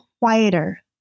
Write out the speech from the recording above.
quieter